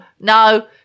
No